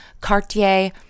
Cartier